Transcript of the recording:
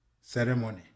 ceremony